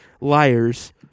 liars